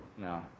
No